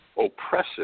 Oppressive